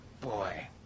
Boy